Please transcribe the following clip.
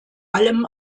allem